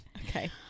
Okay